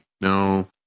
no